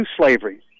slavery